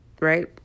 right